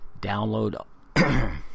download